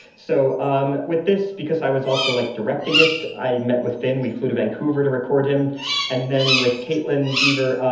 so um with this because i was also like directing it, i met with finn. we flew to vancouver to record him and then with kaitlyn dever,